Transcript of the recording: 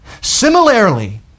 Similarly